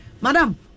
madam